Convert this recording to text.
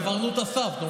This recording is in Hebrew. עברנו את הסף.